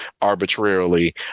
arbitrarily